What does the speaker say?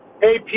hey